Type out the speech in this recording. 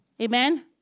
Amen